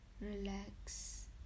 relax